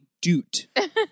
Doot